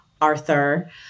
Arthur